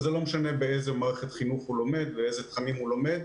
וזה לא משנה באיזו מערכת חינוך הוא לומד ואילו תכנים הוא לומד.